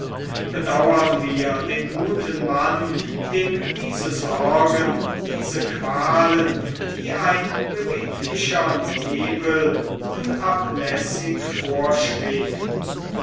bedauern wir den guten mann dem diese sorgen diese qualen wie ein beweglicher nebel unablässig vorschwebten